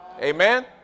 amen